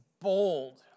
bold